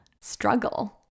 struggle